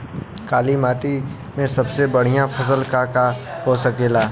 काली माटी में सबसे बढ़िया फसल का का हो सकेला?